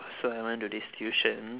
so I went to this tution